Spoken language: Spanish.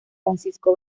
francisco